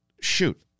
shoot